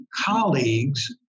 colleagues